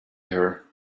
her